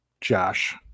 Josh